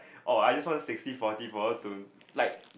oh I just want sixty forty for us to like